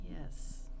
Yes